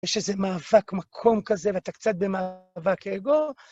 יש איזה מאבק, מקום כזה, ואתה קצת במאבק אגו.